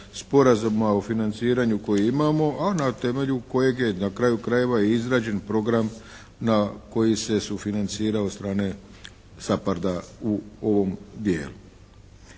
Sporazuma o financiranju koji imamo, a na temelju je kojeg je na kraju krajeva i izrađen program na koji se sufinancirao od strane SAPARD-a u ovom dijelu.